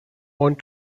want